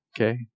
Okay